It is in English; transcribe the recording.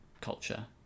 culture